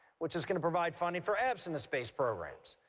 which is going to provide funding for abstinence-based programs,